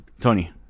tony